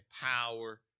power